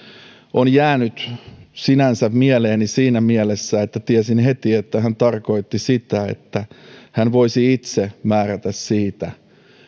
on jäänyt sinänsä mieleeni siinä mielessä että tiesin heti että hän tarkoitti sitä että hän voisi itse määrätä siitä